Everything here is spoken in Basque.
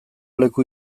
leku